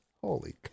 Holy